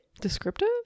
descriptive